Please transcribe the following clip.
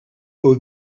aux